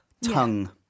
Tongue